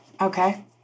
Okay